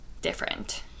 different